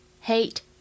hate